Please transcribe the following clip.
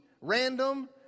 random